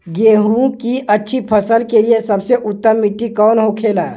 गेहूँ की अच्छी फसल के लिए सबसे उत्तम मिट्टी कौन होखे ला?